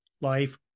life